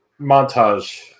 montage